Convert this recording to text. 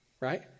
right